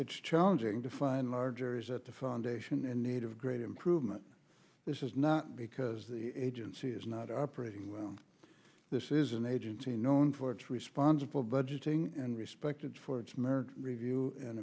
it's challenging to find large areas at the foundation in need of great improvement this is not because the agency is not operating well this is an agency known for its responsible budgeting and respected for its merit review and